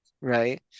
right